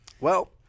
Well-